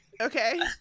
okay